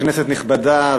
כנסת נכבדה,